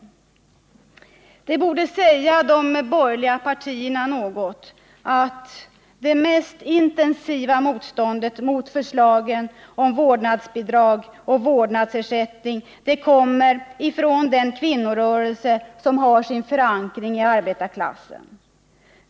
Det borde säga de borgerliga partierna något att det mest intensiva motståndet mot förslagen om vårdnadsbidrag och vårdnadsersättning kommer från den kvinnorörelse som har sin förankring i arbetarklassen.